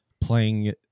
playing